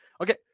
Okay